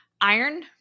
Iron